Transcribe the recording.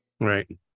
right